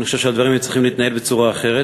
אני חושב שהדברים היו צריכים להתנהל בצורה אחרת,